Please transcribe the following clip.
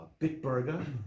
Bitburger